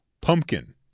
pumpkin